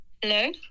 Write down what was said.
Hello